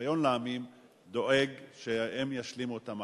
ושוויון לעמים דואג שהם ישלימו את המהפכה.